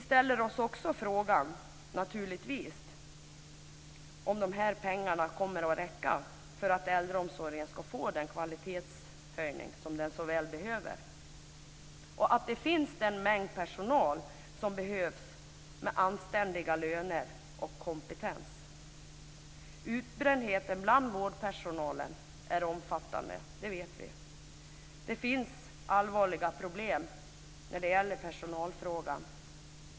Naturligtvis ställer vi oss frågan om de här pengarna kommer att räcka till att ge äldreomsorgen den kvalitetshöjning som den så väl behöver och så att den mängd personal finns som behövs - med anständiga löner och kompetens. Utbrändheten bland vårdpersonalen är omfattande; det vet vi. Det finns allvarliga problem när det gäller personalfrågan.